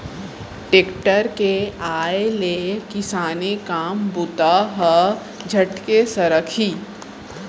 tractor के आय ले किसानी काम बूता ह झटके सरकही